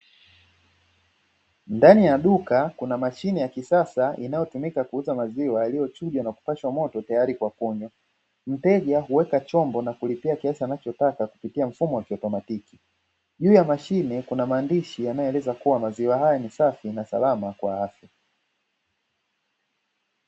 Ndani ya duka kuna mashine ya kisasa inayotumika kuuza maziwa yaliyochujwa na kupashwa moto tayari kwa kunywa, mteja huweka chombo na kulipia kiasi anachotaka kupitia mfumo wa kiautomatiki, juu ya mashine kuna maandishi yanayoelezea kuwa maziwa haya ni safi na salama kwa afya.